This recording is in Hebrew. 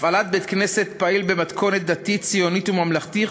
הפעלת בית-כנסת פעיל במתכונת דתית ציונית וממלכתית,